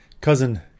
Cousin